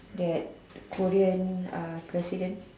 that Korean president